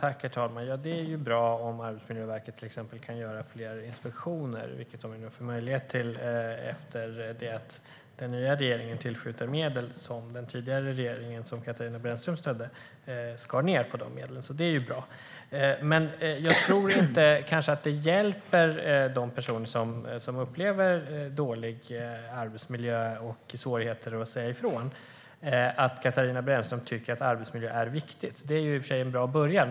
Herr talman! Det är bra om Arbetsmiljöverket kan göra fler inspektioner, vilket man får möjlighet till när den nya regeringen nu tillskjuter medel till Arbetsmiljöverket som den tidigare regeringen, som Katarina Brännström stödde, skar ned på. Men jag tror inte att det hjälper de personer som upplever dålig arbetsmiljö och svårigheter att säga ifrån att Kristina Brännström tycker att arbetsmiljön är viktig. Det är i och för sig en bra början.